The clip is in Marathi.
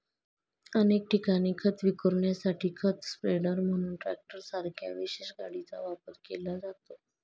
अनेक ठिकाणी खत विखुरण्यासाठी खत स्प्रेडर म्हणून ट्रॅक्टरसारख्या विशेष गाडीचा वापर केला जातो